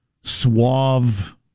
suave